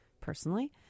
personally